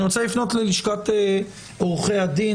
אני רוצה לפנות ללשכת עורכי הדין,